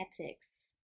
ethics